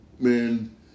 Man